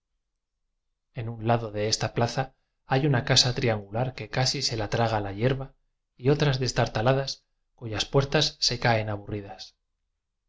en un lado de esta plaza hay una casa triangular que casi se la traga la hierba y otras destartaladas cuyas puertas se caen aburridas